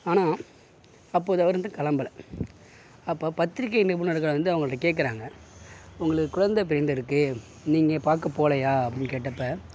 ஆனால் அப்போது அவுர் வந்து கிளம்பல அப்போ பத்திரிக்கை நிபுணர்கள் வந்து அவங்கள்ட கேட்கறாங்க உங்களுக்கு குழந்தை பிறந்திருக்கு நீங்கள் பார்க்க போகலயா அப்படின்னு கேட்டப்ப